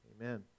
amen